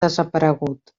desaparegut